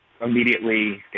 immediately